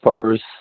first